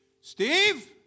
Steve